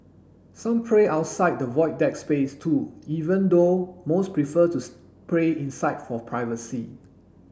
some pray outside the Void Deck space too even though most prefer to spray inside for privacy